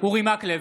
אורי מקלב,